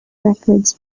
records